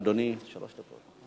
אדוני, שלוש דקות.